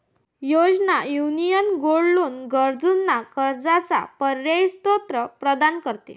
योजना, union gold loan गरजूंना कर्जाचा पर्यायी स्त्रोत प्रदान करते